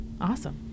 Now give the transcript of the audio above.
awesome